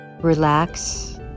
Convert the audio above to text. relax